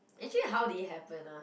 actually how did it happen ah